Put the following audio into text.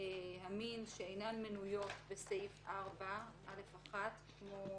המין שאינן מנויות בסעיף 4(א1), כמו